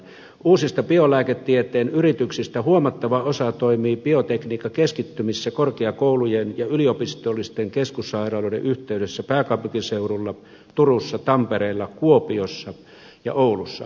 uusista biolääketieteen yrityksistä huomattava osa toimii biotekniikkakeskittymissä korkeakoulujen ja yliopistollisten keskussairaaloiden yhteydessä pääkaupunkiseudulla turussa tampereella kuopiossa ja oulussa